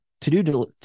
to-do